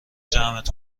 جمعت